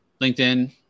LinkedIn